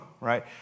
right